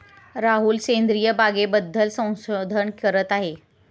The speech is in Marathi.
राहुल सेंद्रिय बागेबद्दल संशोधन करत आहे